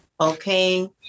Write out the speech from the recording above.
Okay